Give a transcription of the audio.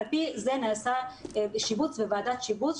על פי זה נעשה שיבוץ בוועדת שיבוץ,